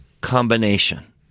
combination